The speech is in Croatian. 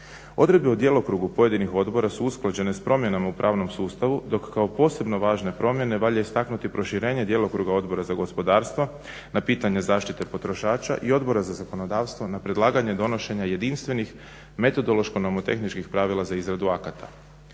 Odredbe o djelokrugu pojedinih odbora su usklađene s promjenama u pravnom sustavu dok kao posebno važne promjene valja istaknuti proširenje djelokruga Odbora za gospodarstvo na pitanje zaštite potrošača i Odbora za zakonodavstvo na predlaganje donošenja jedinstvenih metodološko nomotehničkih pravila za izradu akata.